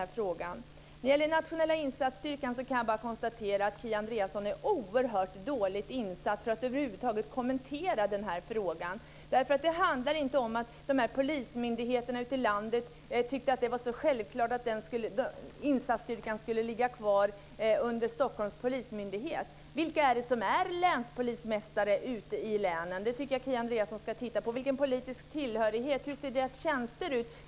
När det gäller den internationella insatsstyrkan kan jag bara konstatera att Kia Andreasson är alldeles för dåligt insatt för att över huvud taget kommentera frågan. Det handlar inte om att polismyndigheterna ute i landet tyckte att det var så självklart att insatsstyrkan skulle ligga kvar under Stockholms polismyndighet. Vilka är det som är länspolismästare ute i länen? Det tycker jag att Kia Andreasson ska titta på. Vilken politisk tillhörighet har de? Hur ser deras tjänster ut?